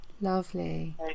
Lovely